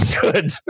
good